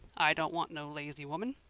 i don't want no lazy woman.